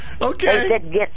Okay